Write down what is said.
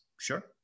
Sure